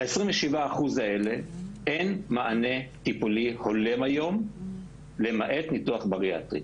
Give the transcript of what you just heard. ל-27 אחוז האלה אין היום מענה טיפולי הולם למעט ניתוח בריאטרי.